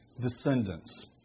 Descendants